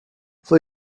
for